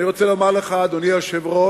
אני רוצה לומר לך, אדוני היושב-ראש,